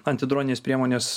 antidroninės priemonės